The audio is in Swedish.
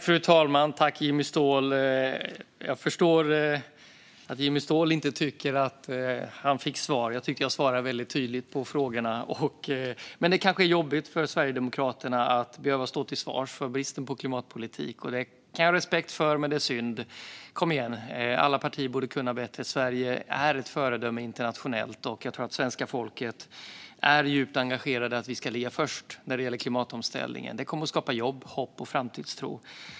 Fru talman! Jimmy Ståhl tycker att han inte fick svar, men jag tycker att jag svarade tydligt på frågorna. Men kanske är det jobbigt för Sverigedemokraterna att behöva stå till svars för bristen på klimatpolitik, och det kan jag ha respekt för. Men det är synd. Kom igen, alla partier borde kunna bättre. Sverige är ett föredöme internationellt, och jag tror att svenska folket är djupt engagerat i att vi ska ligga först när det gäller klimatomställningen. Det kommer att skapa jobb, hopp och framtidstro.